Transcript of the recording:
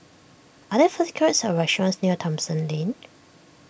are there food courts or restaurants near Thomson Lane